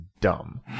dumb